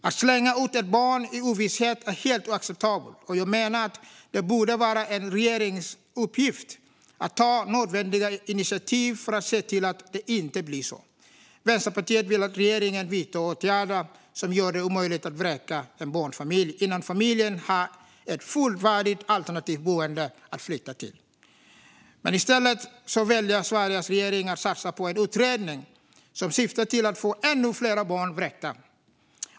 Att slänga ut ett barn i ovisshet är helt oacceptabelt, och jag menar att det borde vara en regerings uppgift att ta nödvändiga initiativ för att se till att det inte blir så. Vänsterpartiet vill att regeringen vidtar åtgärder som gör det omöjligt att vräka en barnfamilj innan familjen har ett fullvärdigt alternativt boende att flytta till. I stället väljer Sveriges regering att satsa på en utredning som syftar till att få ännu fler barn vräkta.